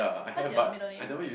what's your middle name